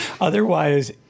Otherwise